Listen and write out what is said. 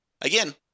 Again